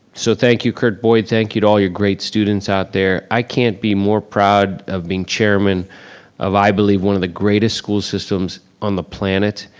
so thank you kurt boyd, thank you to all your great students out there. i can't be more proud of being chairman of i believe one of the greatest schools systems on the planet.